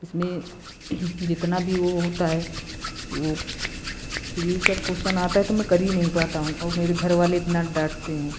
इसमें जितना भी वो होता है वो फिजिक्स का कोश्चन आता है तो मैं कर ही नहीं पाता हूँ और मेरे घरवाले इतना डाँटते हैं